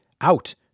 out